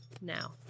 Now